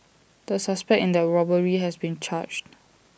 the suspect in that robbery has been charged